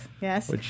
yes